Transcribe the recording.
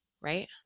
right